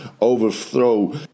overthrow